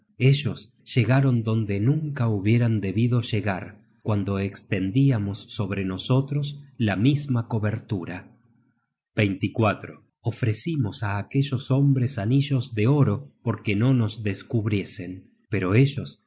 ellos llegaron donde nunca hubieran debido llegar cuando estendíamos sobre nosotros la misma cubertura ofrecimos á aquellos hombres anillos de oro porque no nos descubriesen pero ellos